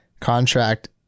contract